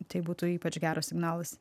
tai būtų ypač geras signalas